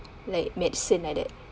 like medicine like that